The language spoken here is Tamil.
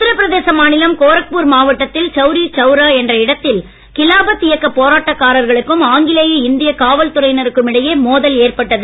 உத்தரபிரதேச மாநிலம் கோரக்பூர் மாவட்டத்தில் சவுரி சவுரா என்ற இடத்தில் கிலாபத் இயக்க போராட்டக்காரர்களுக்கும் ஆங்கிலேய இந்திய காவல்துறையினருக்கும் இடையே மோதல் ஏற்பட்டது